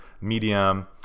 Medium